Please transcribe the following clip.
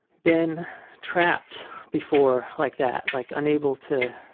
been trapped before like that, like unable to